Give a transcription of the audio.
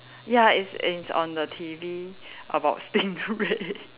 ya it's in on the T_V about stingray